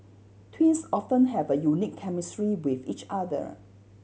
twins often have a unique chemistry with each other